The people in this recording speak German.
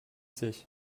sich